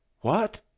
What